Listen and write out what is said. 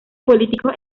políticos